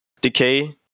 Decay